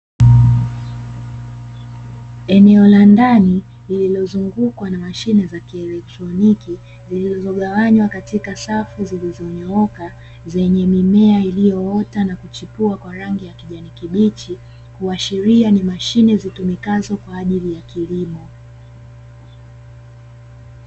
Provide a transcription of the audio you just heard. Eneo la ndani lilozungukwa na mashine za kieletroniki, zilizogawanywa katika safu zilizonyooka, zenye mimea iliyoota na kuchipua kwa rangi ya kijani kibichi, kuashiria ni mashine zitumikazo kwa ajili ya kilimo.